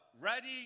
ready